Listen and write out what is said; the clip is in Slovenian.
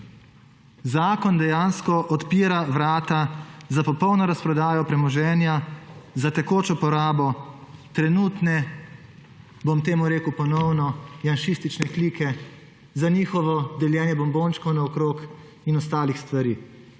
zakon dejansko odpira vrata za popolno razprodajo premoženja za tekočo porabo trenutne, bom temu rekel, ponovno janšistične klike za njihovo deljenje bombončkov naokrog in ostalih stvari,